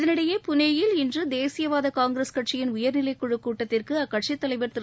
இதனிடையே புனேயில் இன்று தேசியவாத காங்கிரஸ் கட்சியின் உயர்நிலைக் குழுக் கூட்டத்திற்கு அக்கட்சித் தலைவர் திரு